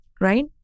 Right